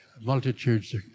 multitudes